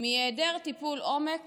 מהיעדר טיפול עומק